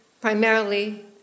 primarily